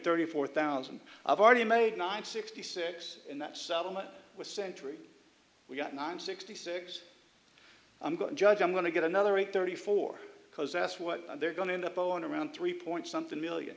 thirty four thousand i've already made nine sixty six in that settlement with century we've got nine sixty six i'm going to judge i'm going to get another eight thirty four because that's what they're going to end up owing around three point something million